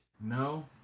No